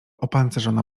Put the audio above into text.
opancerzona